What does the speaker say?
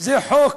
זה חוק,